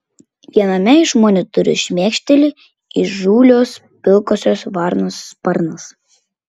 viename iš monitorių šmėkšteli įžūlios pilkosios varnos sparnas